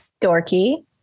Dorky